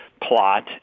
plot